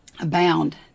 abound